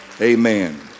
Amen